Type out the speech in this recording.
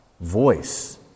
voice